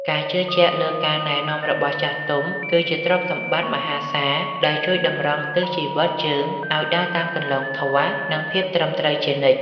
ការជឿជាក់លើការណែនាំរបស់ចាស់ទុំ គឺជាទ្រព្យសម្បត្តិមហាសាលដែលជួយតម្រង់ទិសជីវិតយើងឱ្យដើរតាមគន្លងធម៌ និងភាពត្រឹមត្រូវជានិច្ច។